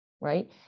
right